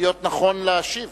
להיות נכון להשיב.